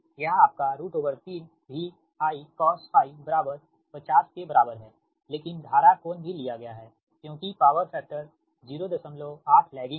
यह आपका 3 V Icosφ50 के बराबर है लेकिन धारा कोण भी लिया गया है क्योंकि पावर फैक्टर 08 लैगिंग है